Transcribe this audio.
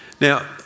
Now